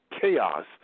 chaos